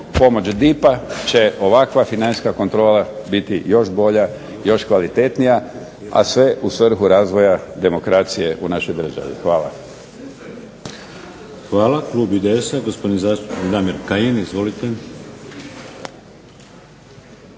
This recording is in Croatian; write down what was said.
pomoć DIP-a će ovakva financijska kontrola biti još bolja, još kvalitetnija, a sve u svrhu razvoja demokracije u našoj državi. Hvala. **Šeks, Vladimir (HDZ)** Hvala. Klub IDS-a, gospodin zastupnik Damir Kajin. Izvolite.